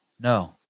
no